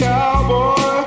Cowboy